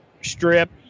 Strip